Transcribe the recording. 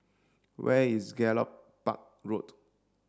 where is Gallop Park Road